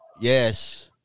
Yes